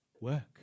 work